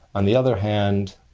on the other hand,